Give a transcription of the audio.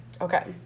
Okay